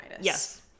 yes